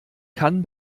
kann